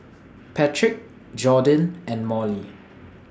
Patric Jordin and Molly